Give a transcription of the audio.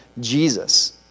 Jesus